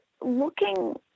looking